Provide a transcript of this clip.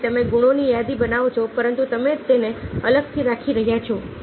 તેથી તમે તે ગુણોની યાદી બનાવો છો પરંતુ તમે તેને અલગથી રાખી રહ્યા છો